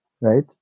right